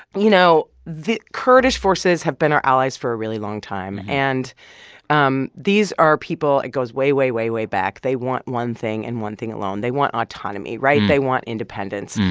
you know, the kurdish forces have been our allies for a really long time. and um these are people it goes way, way, way, way back. they want one thing and one thing alone. they want autonomy, right? they want independence.